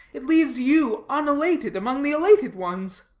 it leaves you unelated among the elated ones.